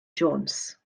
jones